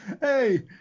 Hey